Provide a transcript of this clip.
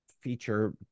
feature